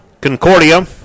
Concordia